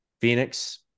phoenix